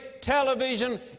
television